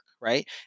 Right